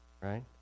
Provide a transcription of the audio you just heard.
Right